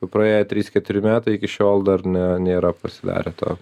jau praėję trys keturi metai iki šiol dar ne nėra pasidarę to